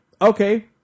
okay